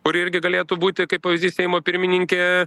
kuri irgi galėtų būti kaip pavyzdys seimo pirmininkė